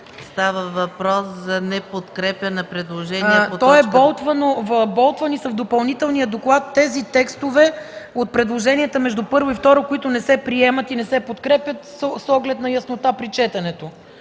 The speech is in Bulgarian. Става въпрос за неподкрепа на предложение по точка... ДОКЛАДЧИК ИСКРА ФИДОСОВА: Болдвани са в Допълнителния доклад тези текстове от предложенията между първо и второ четене, които не се приемат и не се подкрепят с оглед на яснота при четенето.